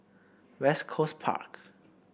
West Coast Park